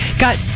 Got